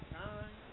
time